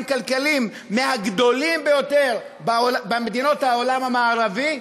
כלכליים מהגדולים ביותר במדינות העולם המערבי,